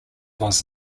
was